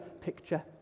picture